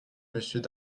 monsieur